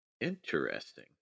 Interesting